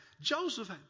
Joseph